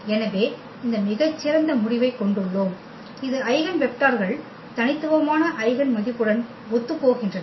எனவே இந்த மிகச் சிறந்த முடிவைக் கொண்டுள்ளோம் இது ஐகென் வெக்டர்கள் தனித்துவமான ஐகென் மதிப்புடன் ஒத்துப்போகின்றன